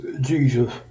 jesus